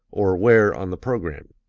or where, on the program?